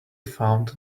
found